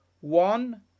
One